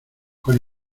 con